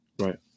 Right